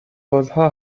بازها